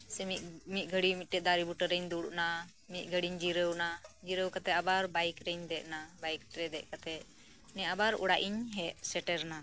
ᱥᱮ ᱢᱤᱜ ᱢᱤᱜ ᱜᱷᱟᱲᱤᱡ ᱢᱤᱜᱴᱮᱱ ᱫᱟᱨᱮ ᱵᱩᱴᱟᱹᱨᱮᱧ ᱫᱩᱲᱩᱵ ᱱᱟ ᱢᱤᱜ ᱜᱷᱟᱲᱤᱡ ᱤᱧ ᱡᱤᱨᱟᱹᱣ ᱱᱟ ᱡᱤᱨᱟᱹᱣ ᱠᱟᱛᱮᱜ ᱟᱵᱟᱨ ᱵᱟᱭᱤᱠ ᱨᱮᱧ ᱫᱮᱜ ᱱᱟ ᱵᱟᱭᱤᱠ ᱨᱮ ᱫᱮᱜ ᱠᱟᱛᱮᱜ ᱫᱤᱭᱮ ᱟᱵᱟᱨ ᱚᱲᱟᱜ ᱤᱧ ᱦᱮᱜ ᱥᱮᱴᱮᱨ ᱱᱟ